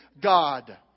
God